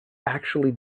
actually